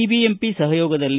BBMP ಸಹಯೋಗದಲ್ಲಿ